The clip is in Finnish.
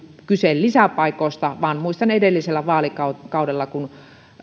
kyse lisäpaikoista muistan edellisellä vaalikaudella kun